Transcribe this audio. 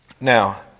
Now